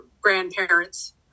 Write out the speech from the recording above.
grandparents